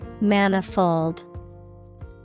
Manifold